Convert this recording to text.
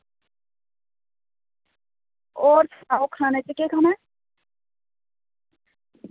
होर सनाओ खाना च केह् खाना ऐ